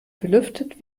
belüftet